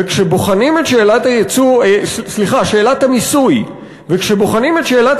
וכשבוחנים את שאלת המיסוי לעומקה,